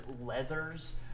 leathers